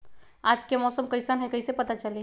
आज के मौसम कईसन हैं कईसे पता चली?